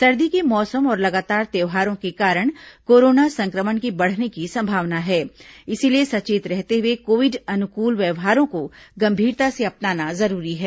सर्दी के मौसम और लगातार त्यौहारों के कारण कोरोना संक्रमण के बढ़ने की संभावना है इसलिए सचेत रहते हुए कोविड अनुकूल व्यवहारों को गंभीरता से अपनाना जरूरी है